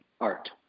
art